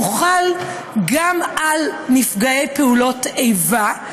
מוחל גם על נפגעי פעולות איבה,